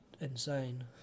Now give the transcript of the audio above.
insane